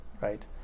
right